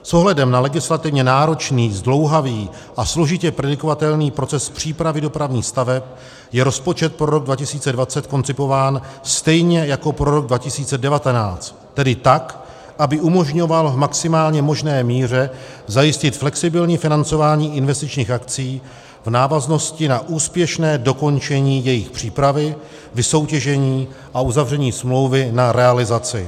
S ohledem na legislativně náročný, zdlouhavý a složitě predikovatelný proces přípravy dopravních staveb je rozpočet pro rok 2020 koncipován stejně jako pro rok 2019, tedy tak, aby umožňoval v maximální možné míře zajistit flexibilní financování investičních akcí v návaznosti na úspěšné dokončení jejich přípravy, vysoutěžení a uzavření smlouvy na jejich realizaci.